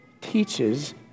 teaches